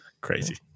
Crazy